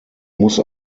muss